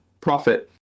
Profit